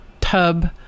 tub